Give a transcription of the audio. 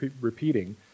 repeating